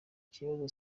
kibazo